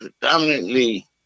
predominantly